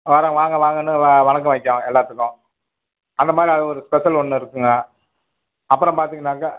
வர்ற வாங்க வாங்கன்னு வ வணக்கம் வைக்கும் எல்லாத்துக்கும் அந்த மாதிரி அது ஒரு ஸ்பெஷல் ஒன்று இருக்குங்க அப்புறோம் பார்த்தீங்கன்னாக்க